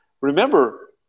remember